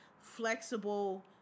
flexible